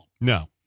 No